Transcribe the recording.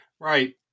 Right